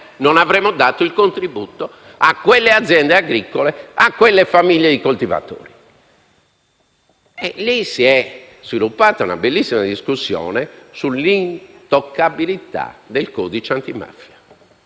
non avremmo dato il contributo a quelle aziende agricole e a quelle famiglie di coltivatori. Da lì si è sviluppata una bellissima discussione sull'intoccabilità del codice antimafia.